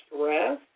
stress